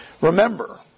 Remember